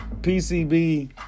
PCB